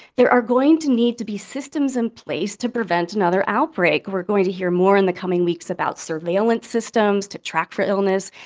there are going to need to be systems in place to prevent another outbreak. we're going to hear more in the coming weeks about surveillance systems to track for illness,